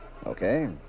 Okay